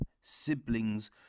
Siblings